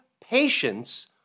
patience